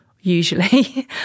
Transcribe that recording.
usually